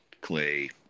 clay